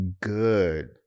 good